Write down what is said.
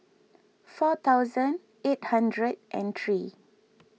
four thousand eight hundred and three